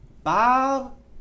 Bob